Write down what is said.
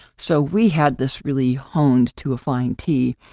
so, we had this really honed to a fine tee.